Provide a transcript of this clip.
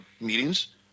meetings